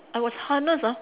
I was harnessed ah